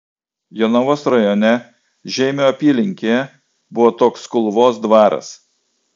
jonavos rajone žeimio apylinkėje buvo toks kulvos dvaras